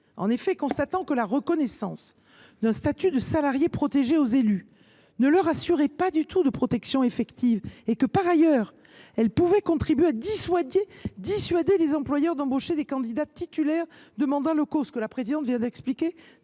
En effet, constatant que la reconnaissance d’un statut de salarié protégé aux élus ne leur assurait pas une protection effective, et que, par ailleurs, elle pouvait contribuer à dissuader les employeurs d’embaucher des candidats titulaires de mandats locaux